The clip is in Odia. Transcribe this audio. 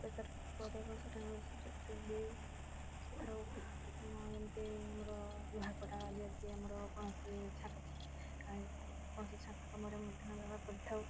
ପ୍ରେସର୍ କୁକର୍ରେ ଦେଖ ସିଝେଇ ଥାଉ ଆଉ ଯେମିତି ଆମର ଯେମିତି ଆମର କୌଣସି ଛାଙ୍କ କୌଣସି ଛାଙ୍କା କାମରେ ମଧ୍ୟ ବ୍ୟବହାର କରିଥାଉ